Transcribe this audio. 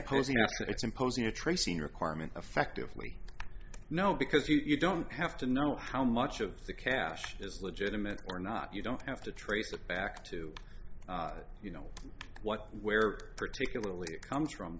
imposing a tracing requirement effectively no because you don't have to know how much of the cash is legitimate or not you don't have to trace it back to you know what where particularly it comes from